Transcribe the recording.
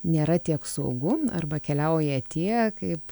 nėra tiek saugu arba keliauja tie kaip